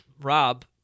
Rob